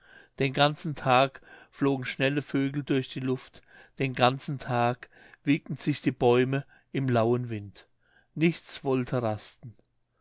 den ganzen tag flogen schnelle vögel durch die luft den ganzen tag wiegten sich die bäume im lauen wind nichts wollte rasten